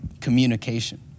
Communication